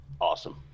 awesome